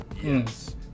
Yes